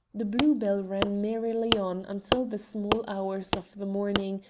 the blue-bell ran merrily on until the small hours of the morning,